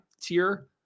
tier